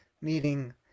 meeting